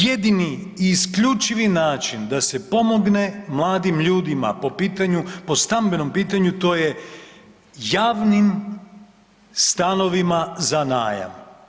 Jedini i isključivi način da se pomogne mladim ljudima po pitanju, po stambenom pitanju to je javnim stanovima za najam.